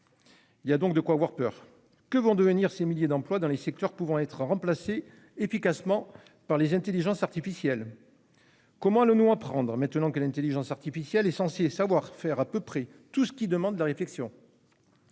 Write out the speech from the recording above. Il y a donc de quoi avoir peur : que vont devenir les secteurs dont des milliers d'emplois pourront être remplacés efficacement par les intelligences artificielles ? Comment allons-nous apprendre, maintenant que l'intelligence artificielle est censée savoir faire à peu près tout ce qui demande de la réflexion ?